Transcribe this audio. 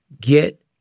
Get